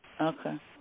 Okay